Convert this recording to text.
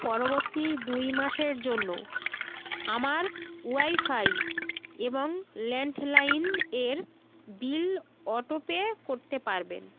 পরবর্তী দুই মাসের জন্য আমার ওয়াইফাই এবং ল্যাণ্ডলাইন এর বিল অটোপে করতে পারবেন